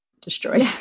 destroyed